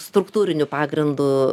struktūriniu pagrindu